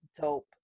dope